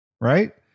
Right